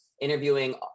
interviewing